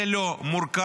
זה לא מורכב,